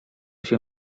się